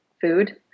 food